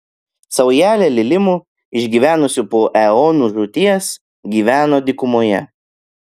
saujelė lilimų išgyvenusių po eonų žūties gyveno dykumoje